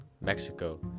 mexico